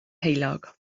heulog